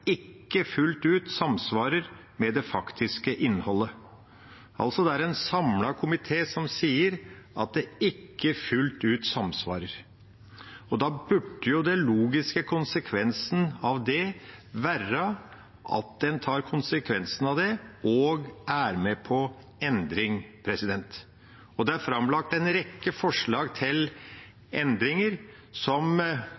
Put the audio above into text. ikke fullt ut samsvarer med det faktiske innholdet. Det er altså en samlet komité som sier at det ikke fullt ut samsvarer, og da burde jo den logiske konsekvensen være at en tar konsekvensen av det og er med på en endring. Det er framlagt en rekke forslag til